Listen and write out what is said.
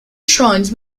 shrines